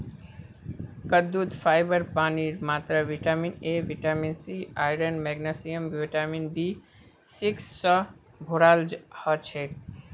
कद्दूत फाइबर पानीर मात्रा vitamin A vitamin C iron magnesium vitamin B six स भोराल हछेक